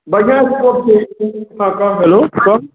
बढ़िआँ सऽ रोकिहै हँ हँ हेलो कम